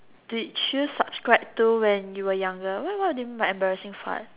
did you subscribe to when you were younger what what do you mean by embarrassing fart